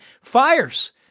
fires